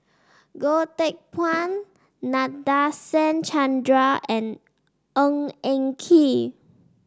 Goh Teck Phuan Nadasen Chandra and Ng Eng Kee